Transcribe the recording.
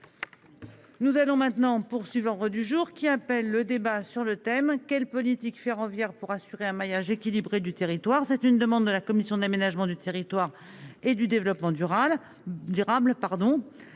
nous allons maintenant poursuivre un ordre du jour qui appelle le débat sur le thème quelle politique ferroviaire pour assurer un maillage équilibré du territoire, c'est une demande de la commission de l'aménagement du territoire et du développement durable,